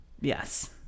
Yes